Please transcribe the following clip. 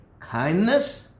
kindness